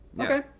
okay